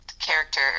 character